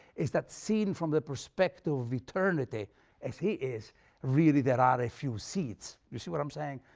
is that scene from the perspective of eternity as he is really there are a few seats. you see what i'm saying?